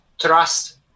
trust